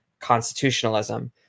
constitutionalism